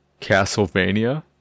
Castlevania